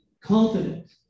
confident